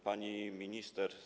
Pani Minister!